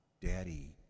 Daddy